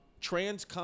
Trans